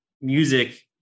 music